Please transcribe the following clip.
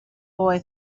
boy